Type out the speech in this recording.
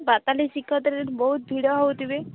ପାତାଲି ଶ୍ରୀକ୍ଷେତ୍ରରେ ବହୁତ ଭିଡ଼ ହେଉଥିବେ